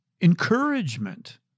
encouragement